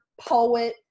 poet